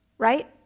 right